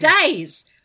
days